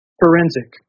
forensic